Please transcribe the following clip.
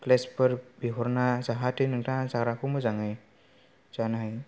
plates फोर बिहरफा जाहाते नोंथाङा जाग्राखौ मोजाङै जानो हायो